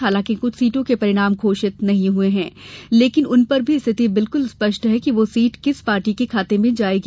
हालांकि कुछ सीटों के परिणाम घोषित नहीं हुए हैं लेकिन उन पर भी स्थिति बिल्कुल स्पष्ट है कि वह सीट किस पार्टी के खाते में जाएगी